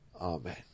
Amen